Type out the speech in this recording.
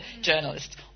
journalists